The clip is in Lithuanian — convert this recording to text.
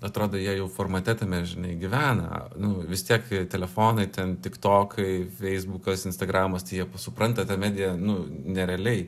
atrodo jie jau formate tame žinai gyvena nu vis tiek telefonai ten tiktokai feisbukas instagramas tai jie supranta tą mediją nu nerealiai